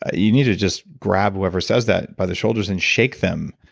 ah you need to just grab whoever says that by the shoulders and shake them,